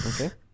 Okay